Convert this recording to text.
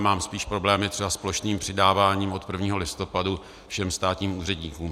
Mám spíš problémy třeba s plošným přidáváním od 1. listopadu všem státním úředníkům.